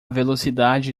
velocidade